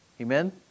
Amen